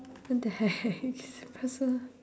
what the heck this is personal